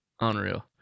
Unreal